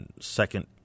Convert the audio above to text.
second